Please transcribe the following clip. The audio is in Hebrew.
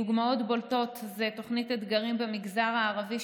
דוגמאות בולטות הן תוכנית אתגרים במגזר הערבי,